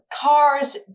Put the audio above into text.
cars